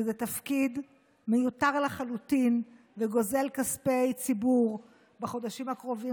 שזה תפקיד מיותר לחלוטין וגוזל כספי ציבור בחודשים הקרובים,